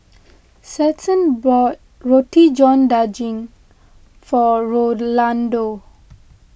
Stetson bought Roti John Daging for Rolando